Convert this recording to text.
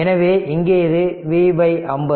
எனவே இங்கே இது V 50